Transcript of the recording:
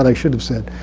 and should have said.